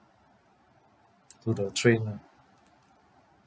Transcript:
to the train lah